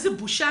איזו בושה.